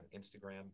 Instagram